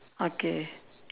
okay